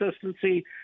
consistency